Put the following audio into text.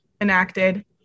enacted